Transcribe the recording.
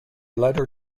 letter